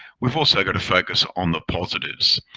we've also got to focus on the positives,